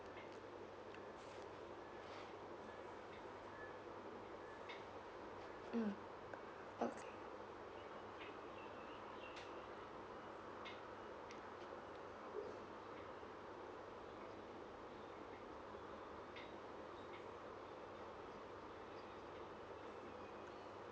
mm okay